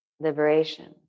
liberation